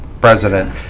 president